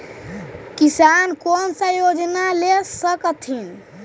किसान कोन सा योजना ले स कथीन?